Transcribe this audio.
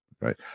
right